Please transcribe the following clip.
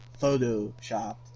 photoshopped